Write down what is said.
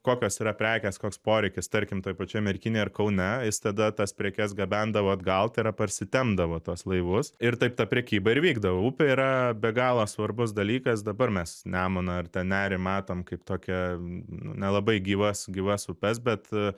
kokios yra prekės koks poreikis tarkim toj pačioj merkinėj ar kaune jis tada tas prekes gabendavo atgal tai yra parsitempdavo tuos laivus ir taip ta prekyba ir vykdavo upė yra be galo svarbus dalykas dabar mes nemuną ar ten nerį matom kaip tokią nu nelabai gyvas gyvas upes bet